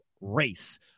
race